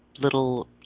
little